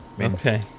Okay